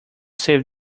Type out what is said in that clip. save